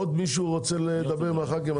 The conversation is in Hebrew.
עוד מישהו רוצה לדבר מהח"כים?